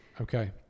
Okay